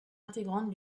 intégrante